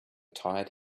tired